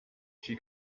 she